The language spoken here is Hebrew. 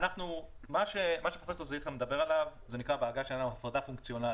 מה שפרופסור זליכה מדבר עליו זה נקרא בעגה שלנו הפרדה פונקציונאלית.